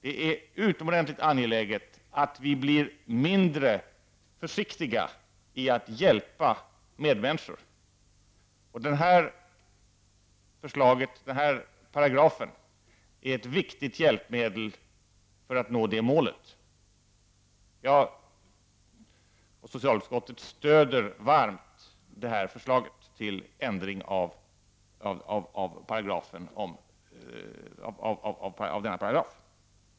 Det är mycket angeläget att vi blir mindre försiktiga när det gäller att hjälpa medmänniskor. Den här paragrafen är ett viktigt hjälpmedel för att vi skall kunna nå det målet. Jag och socialutskottet stöder varmt förslaget till ändring av denna paragraf.